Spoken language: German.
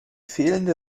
fehlende